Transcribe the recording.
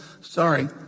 sorry